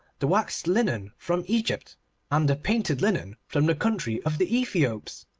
the waxed linen from egypt and the painted linen from the country of the ethiops,